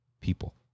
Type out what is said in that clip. people